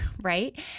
right